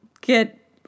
get